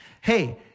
Hey